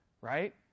right